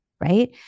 right